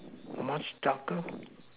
much darker